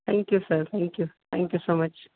thank you sir thank you thank you so much